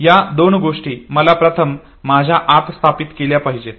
या दोन गोष्टी मला प्रथम माझ्या आत स्थापित केल्या पाहिजेत